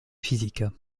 physique